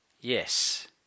Yes